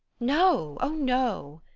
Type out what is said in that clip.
no! oh, no!